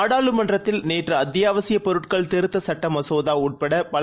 நாடாளுமன்றத்தில்நேற்றுஅத்தியாவசியப்பொருட்கள்திருத்தச்சட்டமசோதாஉள்படபல